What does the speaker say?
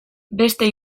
beste